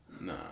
nah